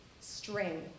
string